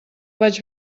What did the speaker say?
vaig